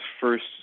first